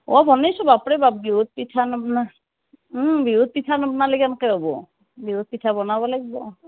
হয় বনাইছোঁ বাপ ৰে বাপ বিহুত পিঠা নবনালে বিহুত পিঠা নবনালে কেন্কে হ'ব বিহুত পিঠা বনাবই লাগ্ব